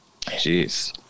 Jeez